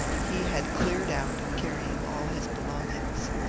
he had cleared out, carrjring all his belongings.